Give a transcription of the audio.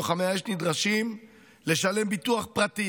לוחמי האש נדרשים לשלם ביטוח פרטי,